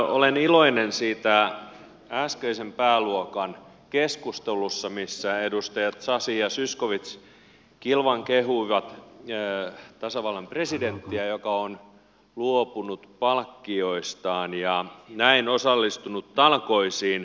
olen iloinen siitä äskeisen pääluokan keskustelusta jossa edustajat sasi ja zyskowicz kilvan kehuivat tasavallan presidenttiä joka on luopunut palkkioistaan ja näin osallistunut talkoisiin